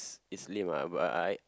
it's it's lame ah but I